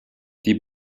die